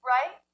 Right